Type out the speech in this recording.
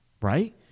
right